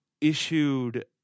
issued